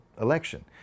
election